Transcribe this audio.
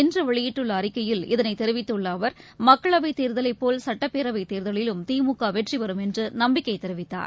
இன்று வெளியிட்டுள்ள அறிக்கையில் இதனை தெரிவித்துள்ள அவர் மக்களவைத் தேர்தலைப்போல் சட்டப்பேரவை தேர்தலிலும் திமுக வெற்றிபெறும் என்று நம்பிக்கை தெரிவித்தார்